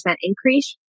increase